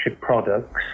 products